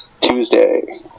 Tuesday